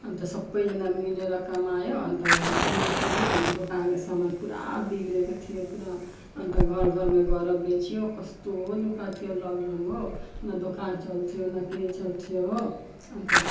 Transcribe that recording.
अन्त सबैजना मिलेर कमायो अन्त ऋण तिर्यौँ अन्त दोकानको सामान पुरा बिग्रिएको थियो पुरा अन्त घर घरमा गएर बेच्यो कस्तो दुःख थियो लकडाउन हो न दोकान चल्थ्यो न केही चल्थ्यो हो अन्त